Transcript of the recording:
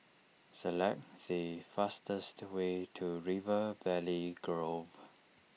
select the fastest way to River Valley Grove